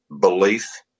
belief